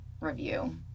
review